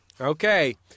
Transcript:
Okay